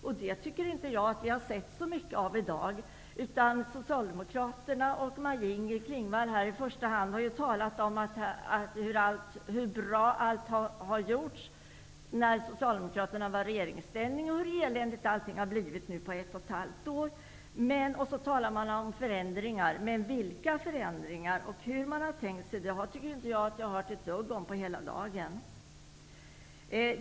Men det tycker jag inte att vi stött på särskilt mycket i dag. Klingvall, har talat om allt bra som gjordes då Socialdemokraterna var i regeringsställning och om hur eländigt allting blivit på ett och ett halvt år med borgerlig regering. Man talar också om förändringar. Men vilka förändringar som avses och hur man tänkt sig dessa tycker jag mig inte ha hört ett enda ord om på hela dagen.